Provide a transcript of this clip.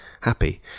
happy